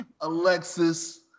Alexis